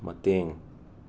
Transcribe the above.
ꯃꯇꯦꯡ